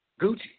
Gucci